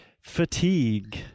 Fatigue